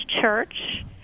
Church